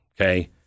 okay